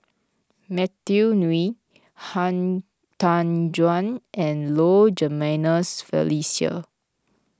Matthew Ngui Han Tan Juan and Low Jimenez Felicia